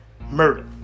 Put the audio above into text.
murder